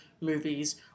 movies